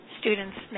students